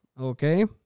Okay